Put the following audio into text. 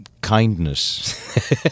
kindness